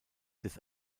des